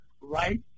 right